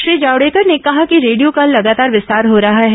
श्री जावडेकर ने कहा कि रेडियो का लगातार विस्तार हो रहा है